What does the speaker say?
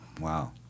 wow